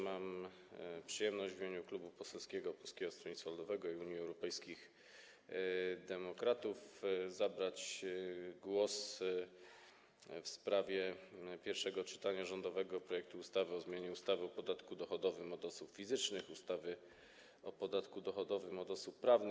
Mam przyjemność w imieniu Klubu Poselskiego Polskiego Stronnictwa Ludowego - Unii Europejskich Demokratów zabrać głos w pierwszym czytaniu rządowego projektu ustawy o zmianie ustawy o podatku dochodowym od osób fizycznych, ustawy o podatku dochodowym od osób prawnych,